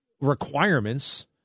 requirements